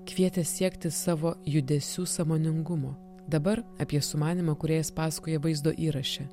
kvietė siekti savo judesių sąmoningumo dabar apie sumanymą kūrėjas pasakoja vaizdo įraše